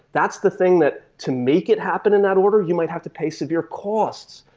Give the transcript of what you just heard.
that's the thing that, to make it happen in that order, you might have to pay severe costs.